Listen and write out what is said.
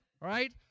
right